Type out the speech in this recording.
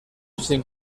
sin